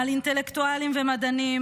על אינטלקטואלים ומדענים,